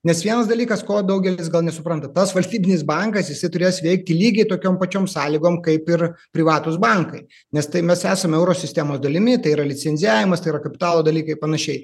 nes vienas dalykas ko daugelis gal nesupranta tas valstybinis bankas jisai turės veikti lygiai tokiom pačiom sąlygom kaip ir privatūs bankai nes tai mes esame euro sistemos dalimi tai yra licencijavimas yra kapitalo dalykai ir panašiai